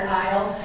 aisle